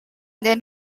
then